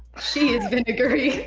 she is vinegary.